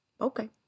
Okay